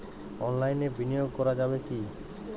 অনলাইনে বিনিয়োগ করা যাবে কি?